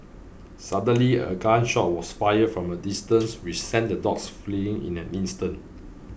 suddenly a gun shot was fired from a distance which sent the dogs fleeing in an instant